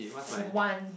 one